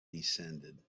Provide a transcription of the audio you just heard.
descended